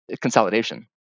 consolidation